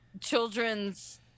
children's